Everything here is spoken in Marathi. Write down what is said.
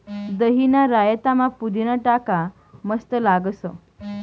दहीना रायतामा पुदीना टाका मस्त लागस